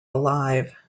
alive